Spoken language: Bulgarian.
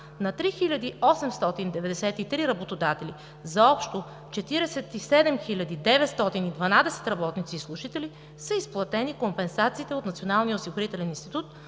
На 3893 работодатели за общо 47 912 работници и служители са изплатени компенсациите от Националния осигурителен институт